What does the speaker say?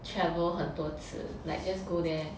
travel 很多次 like just go there